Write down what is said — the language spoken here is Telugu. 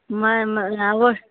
అవు